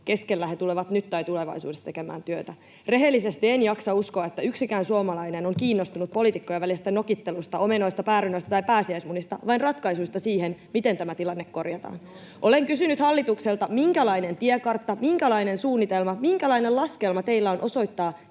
keskellä he tulevat nyt tai tulevaisuudessa tekemään työtä. Rehellisesti en jaksa uskoa, että yksikään suomalainen on kiinnostunut poliitikkojen välisestä nokittelusta — omenoista, päärynöistä tai pääsiäismunista — vaan ratkaisuista siihen, miten tämä tilanne korjataan. Olen kysynyt hallitukselta, minkälainen tiekartta, minkälainen suunnitelma, minkälainen laskelma teillä on osoittaa,